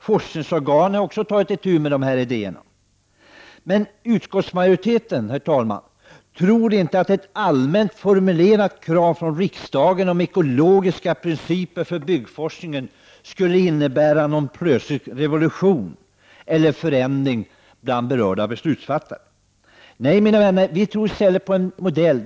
Forskningsorganen har också tagit till sig de här idéerna. Men utskottsmajoriteten tror inte att ett allmänt formulerat krav från riksdagen om ekologiska principer för byggforskningen skulle innebära någon plötslig revolution eller ens förändring bland berörda beslutsfattare. Nej, mina vänner, vi tror i stället på en annan modell.